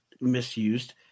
misused